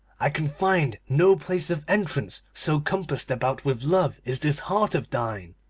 i can find no place of entrance, so compassed about with love is this heart of thine